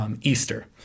Easter